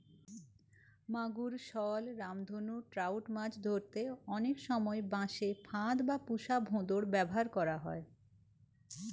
মাগুর, শল, রামধনু ট্রাউট মাছ ধরতে অনেক সময় বাঁশে ফাঁদ বা পুশা ভোঁদড় ব্যাভার করা হয়